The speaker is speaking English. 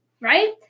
right